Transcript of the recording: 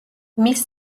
მის